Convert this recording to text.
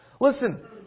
Listen